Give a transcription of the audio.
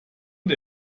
und